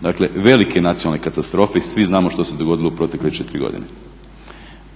Dakle velike nacionalne katastrofe i svi znamo što se dogodilo u protekle 4 godine.